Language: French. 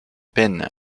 peine